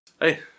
Hey